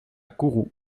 kourou